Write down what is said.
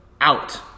out